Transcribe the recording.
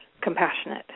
compassionate